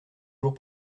jours